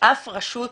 אף רשות